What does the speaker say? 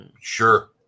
Sure